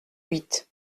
huit